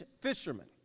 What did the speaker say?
fishermen